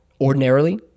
ordinarily